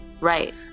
Right